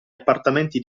appartamenti